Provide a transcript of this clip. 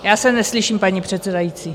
Já se neslyším, paní předsedající.